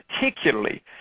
particularly